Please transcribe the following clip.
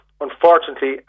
Unfortunately